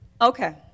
Okay